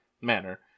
manner